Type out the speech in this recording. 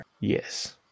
Yes